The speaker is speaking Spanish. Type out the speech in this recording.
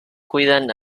cuidan